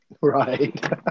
Right